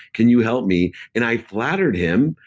can you help me? and i flattered him,